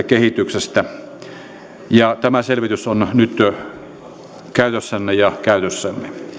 kehityksestä ja tämä selvitys on nyt käytössänne ja käytössämme